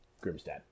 Grimstad